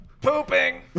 pooping